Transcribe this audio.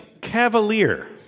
Cavalier